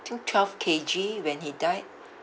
I think twelve K_G when he died